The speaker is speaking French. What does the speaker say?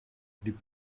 clip